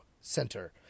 center